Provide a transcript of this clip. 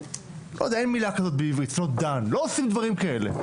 שלא עושים דברים כאלה.